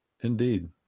Indeed